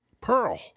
Pearl